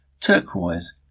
turquoise